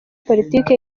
politiki